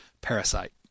Parasite